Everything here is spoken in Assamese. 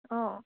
অঁ